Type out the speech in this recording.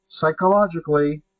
psychologically